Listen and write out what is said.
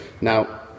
Now